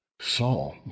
Saul